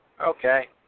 okay